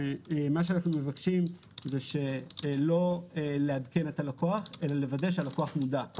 אנו מבקשים שלא לעדכן את הלקוח אלא לוודא שהוא מודע.